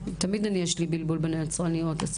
תמיד יש לי בלבול בין הספקיות,